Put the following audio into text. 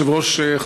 אדוני היושב-ראש,